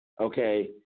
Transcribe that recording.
okay